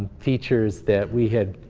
features that we had